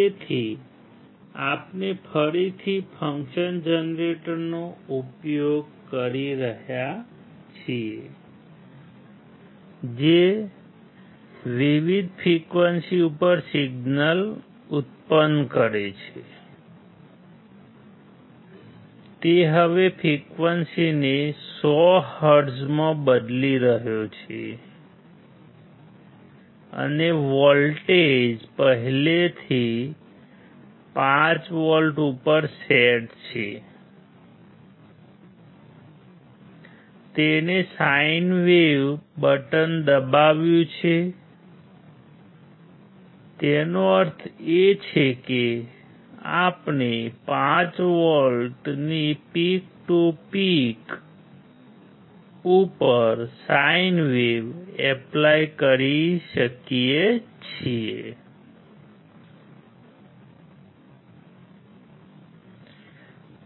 તેથી આપણે ફરીથી ફંક્શન જનરેટરનો ઉપયોગ કરી રહ્યા છીએ જે વિવિધ ફ્રિક્વન્સી કરી શકીએ છીએ